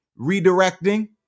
redirecting